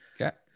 Okay